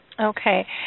Okay